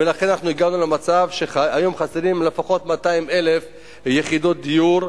ולכן הגענו למצב שהיום חסרות לפחות 200,000 יחידות דיור,